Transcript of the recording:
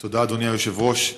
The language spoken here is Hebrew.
תודה, אדוני היושב-ראש.